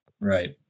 Right